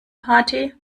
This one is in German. party